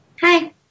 Hi